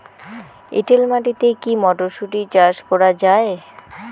এটেল মাটিতে কী মটরশুটি চাষ করা য়ায়?